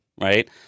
Right